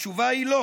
התשובה היא לא.